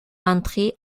entrer